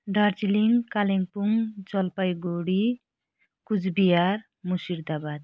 Darjeeling Kalimpong Jalpaiguri Coochbehar Murshidabad